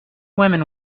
women